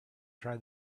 try